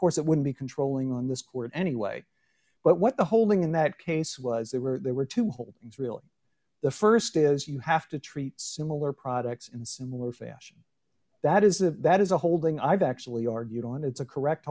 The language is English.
course it would be controlling on this court anyway but what the holding in that case was they were they were to hold things really the st is you have to treat similar products in similar fashion that is a that is a holding i've actually argued on it's a correct